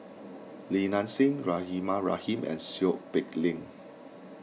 Li Nanxing Rahimah Rahim and Seow Peck Leng